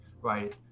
right